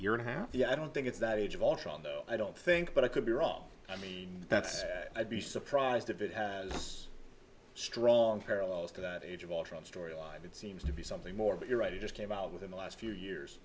year and half the i don't think it's that age of ultron though i don't think but i could be wrong i mean that's i be surprised if it has strong parallels to that age of ultron story alive it seems to be something more but you're right it just came out within the last few years